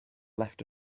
left